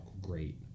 great